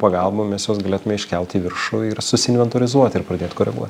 pagalba mes juos galėtume iškelt į viršų ir susiinventorizuot ir pradėt koreguo